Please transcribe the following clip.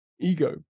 ego